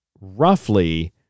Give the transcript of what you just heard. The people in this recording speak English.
roughly